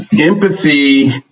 Empathy